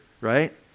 right